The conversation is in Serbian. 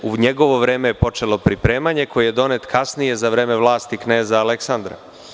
U njegovo vreme je počelo pripremanje, koji je donet kasnije, za vreme vlasti kneza Aleksandra.